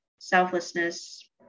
selflessness